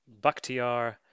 Bakhtiar